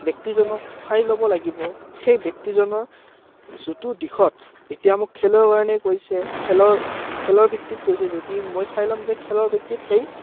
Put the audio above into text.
ব্যক্তিজনক চাই ল'ব লাগিব সেই ব্যক্তিজনৰ যিটো দিশত এতিয়া মোক খেলৰ কাৰণে কৈছে খেলৰ খেলৰ ভিত্তিত কৈছে যদি মই চাই ল'ম যে খেলৰ ভিত্তিত সেই